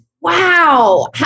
Wow